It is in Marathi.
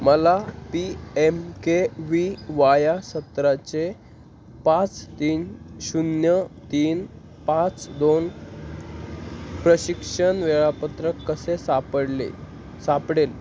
मला P M K V Y या सत्राचे पाच तीन शून्य तीन पाच दोन प्रशिक्षण वेळापत्रक कसे सापडले सापडेल